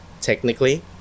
technically